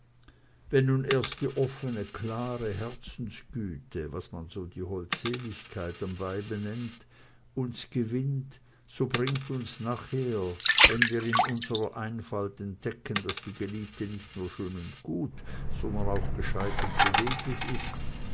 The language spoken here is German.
wenn nun erst die offene klare herzensgüte was man so die holdseligkeit am weibe nennt uns gewinnt so bringt uns nachher wenn wir in unserer einfalt entdecken daß die geliebte nicht nur schön und gut sondern auch gescheit und beweglich ist